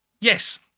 yes